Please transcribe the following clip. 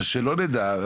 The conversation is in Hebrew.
שלא נדע,